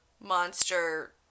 monster